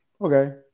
okay